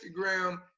Instagram